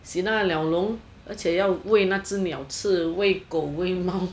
洗那个鸟笼而且要喂那只鸟吃喂狗喂猫